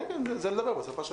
כן, זה השפה.